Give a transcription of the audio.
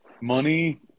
Money